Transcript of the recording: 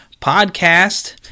podcast